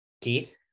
Keith